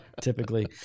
Typically